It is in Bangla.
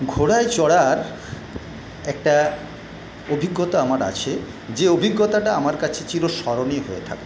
ঘোড়ায় চড়ার একটা অভিজ্ঞতা আমার আছে যে অভিজ্ঞতাটা আমার কাছে চিরস্মরণীয় হয়ে থাকবে